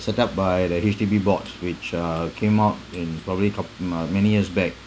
set up by the H_D_B boards which uh came out in probably top mm uh many years back